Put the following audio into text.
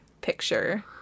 picture